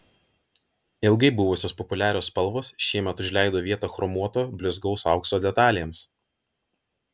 ilgai buvusios populiarios spalvos šiemet užleido vietą chromuoto blizgaus aukso detalėms